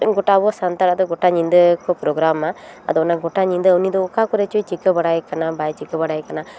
ᱜᱚᱴᱟ ᱟᱵᱚ ᱥᱟᱱᱛᱟᱲᱟᱜ ᱫᱚ ᱜᱚᱴᱟ ᱧᱤᱫᱟᱹ ᱯᱳᱜᱨᱟᱢ ᱟᱫᱚ ᱚᱱᱟ ᱜᱚᱴᱟ ᱧᱤᱫᱟᱹ ᱩᱱᱤᱫᱚ ᱚᱠᱟ ᱠᱚᱨᱮ ᱪᱚᱭ ᱪᱤᱠᱟᱹ ᱵᱟᱲᱟᱭ ᱠᱟᱱᱟ ᱵᱟᱭ ᱪᱤᱠᱟᱹ ᱵᱟᱲᱟᱭ ᱠᱟᱱᱟ